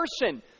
person